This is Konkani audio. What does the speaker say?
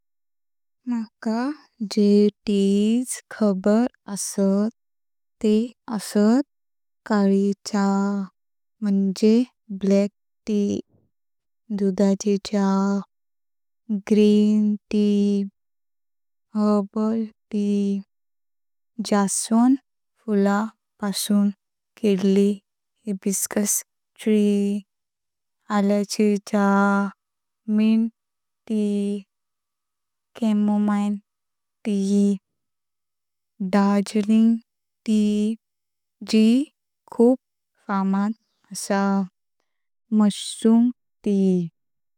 मका जे त्या खबरो असतात ते असतात काली चाव म्हणजे ब्लैक टी, दूधाची चा, ग्रीन टी, हर्बल टी। जास्वंद फुल पासून केली हिबिस्कस टी, आलयाची चाव, mint tea, chamomile tea, Darjeeling tea जी खूप फामाद आसा, मशरूम टी।